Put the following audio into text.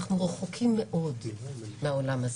אבל אנחנו רחוקים מאוד מהדבר הזה.